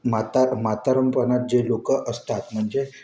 म्हातार म्हातारपणात जे लोक असतात म्हणजे